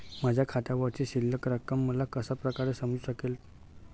माझ्या खात्यावरची शिल्लक रक्कम मला कशा प्रकारे समजू शकते?